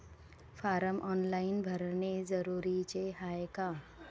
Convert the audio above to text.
Form online भरने जरुरीचे हाय का?